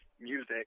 music